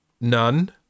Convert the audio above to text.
None